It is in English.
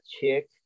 chick